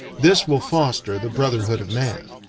this will foster the brotherhood of man.